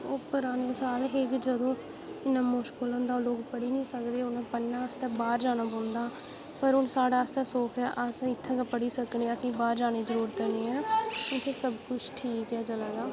ओह् पुराने साल होंदे हे जदूं इन्ना मुश्किल लोक पढ़ी नीं सकदे उनें पढने आस्तै बाह्र जाना पौंदा पर हुन साढ़े आस्तै सुख होईआ अस इत्थै गै पढ़ी सकने आं अस बाह्र जाने दी जरूरत नेईं इत्थै सब कुछ ठीक चला दा